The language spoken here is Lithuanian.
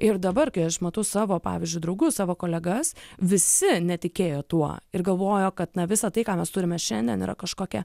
ir dabar kai aš matau savo pavyzdžiui draugus savo kolegas visi netikėjo tuo ir galvojo kad na visa tai ką mes turime šiandien yra kažkokia